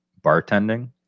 bartending